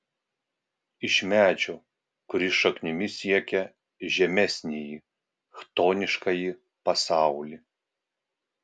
iš medžio kuris šaknimis siekia žemesnįjį chtoniškąjį pasaulį